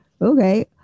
okay